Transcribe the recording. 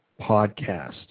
podcast